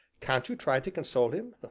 can't you try to console him?